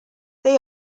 they